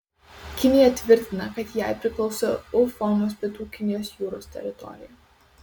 kinija tvirtina kad jai priklauso u formos pietų kinijos jūros teritorija